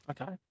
Okay